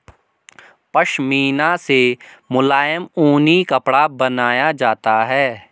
पशमीना से मुलायम ऊनी कपड़ा बनाया जाता है